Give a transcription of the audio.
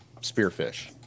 Spearfish